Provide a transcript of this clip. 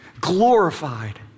glorified